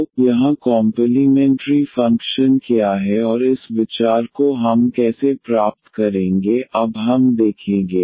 तो यहाँ complementary function क्या है और इस विचार को हम कैसे प्राप्त करेंगे अब हम देंगे